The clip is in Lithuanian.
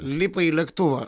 lipa į lėktuvą